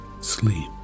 sleep